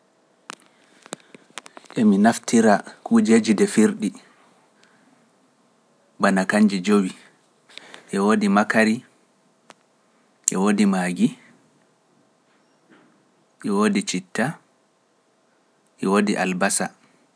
Emi naftira kuujeeji ɗe firɗi banakanje jowi(five) e woodi makari e woodi maagi e woodi citta e woodi albasa.